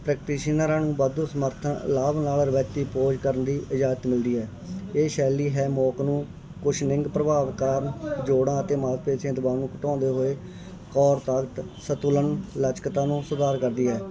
ਪ੍ਰੈਕਟੀਸ਼ੀਨਰਾਂ ਨੂੰ ਵਾਧੂ ਸਮਰਥਨ ਲਾਭ ਨਾਲ ਰਿਵਾਇਤੀ ਪੋਜ ਕਰਨ ਦੀ ਇਜਾਜ਼ਤ ਮਿਲਦੀ ਹੈ ਇਹ ਸ਼ੈਲੀ ਹੈਮੌਕ ਨੂੰ ਕੁਛਨਿੰਗ ਪ੍ਰਭਾਵ ਕਾਰਨ ਜੋੜਾਂ ਅਤੇ ਮਾਸਪੇਸ਼ੀਆਂ ਦਬਾਅ ਨੂੰ ਘਟਾਉਂਦੇ ਹੋਏ ਕੌਰ ਤਾਕਤ ਸੰਤੁਲਨ ਲਚਕਤਾ ਨੂੰ ਸੁਧਾਰ ਕਰਦੀ ਹੈ